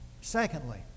Secondly